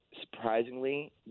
surprisingly